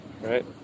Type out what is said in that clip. right